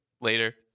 later